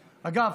אגב,